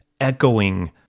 echoing